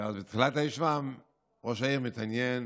ובתחילת הישיבה ראש העיר מתעניין